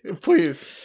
please